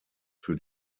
für